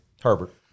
Herbert